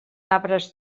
arbres